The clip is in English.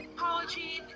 paula jean?